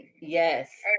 Yes